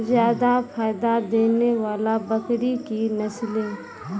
जादा फायदा देने वाले बकरी की नसले?